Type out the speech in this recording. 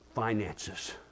finances